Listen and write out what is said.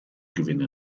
gewinnen